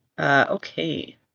Okay